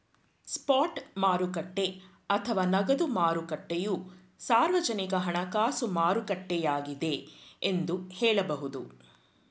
spot ಮಾರುಕಟ್ಟೆ ಅಥವಾ ನಗದು ಮಾರುಕಟ್ಟೆಯು ಸಾರ್ವಜನಿಕ ಹಣಕಾಸು ಮಾರುಕಟ್ಟೆಯಾಗಿದ್ದೆ ಎಂದು ಹೇಳಬಹುದು